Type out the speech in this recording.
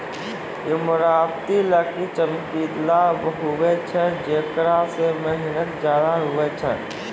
ईमारती लकड़ी चमकिला हुवै छै जेकरा मे मेहनत ज्यादा हुवै छै